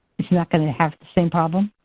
is that going to have the same problem?